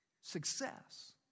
Success